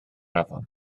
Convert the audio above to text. afon